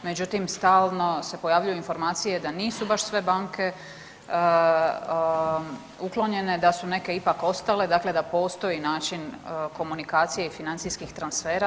Međutim, stalno se pojavljuju informacije da nisu baš sve banke uklonjene, da su neke ipak ostale, dakle da postoji način komunikacije i financijskih transfera.